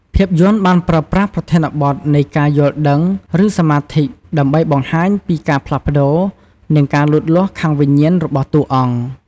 ភាពយន្តបានប្រើប្រាស់ប្រធានបទនៃការយល់ដឹង ឬសម្មាធិ ដើម្បីបង្ហាញពីការផ្លាស់ប្តូរ និងការលូតលាស់ខាងវិញ្ញាណរបស់តួអង្គ។